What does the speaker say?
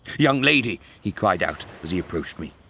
young lady! he cried out as he approached me.